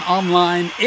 online